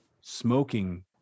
Smoking